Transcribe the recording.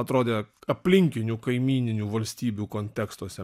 atrodė aplinkinių kaimyninių valstybių kontekstuose